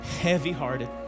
heavy-hearted